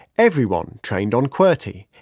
everyone trained on qwerty.